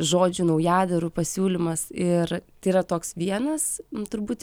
žodžių naujadarų pasiūlymas ir tai yra toks vienas turbūt